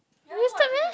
wasted meh